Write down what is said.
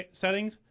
settings